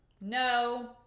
No